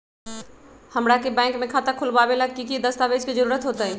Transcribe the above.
हमरा के बैंक में खाता खोलबाबे ला की की दस्तावेज के जरूरत होतई?